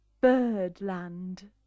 Birdland